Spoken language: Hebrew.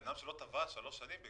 בן אדם שלא תבע שלוש שנים,